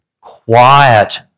quiet